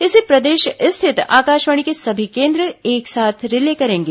इसे प्रदेश स्थित आकाशवाणी के सभी केंद्र एक साथ रिले करेंगे